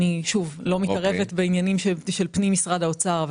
אני לא מתערבת בענייני פנים משרד האוצר,